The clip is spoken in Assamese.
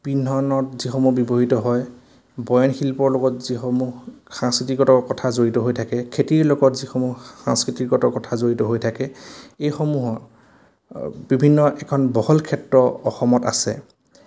পিন্ধনত যিসমূহ ব্যৱহৃত হয় বয়ন শিল্পৰ লগত যিসমূহ সাংস্কৃতিকগত কথা জড়িত হৈ থাকে খেতিৰ লগত যিসমূহ সাংস্কৃতিগতৰ কথা জড়িত হৈ থাকে এইসমূহৰ বিভিন্ন এখন বহল ক্ষেত্ৰ অসমত আছে